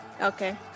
Okay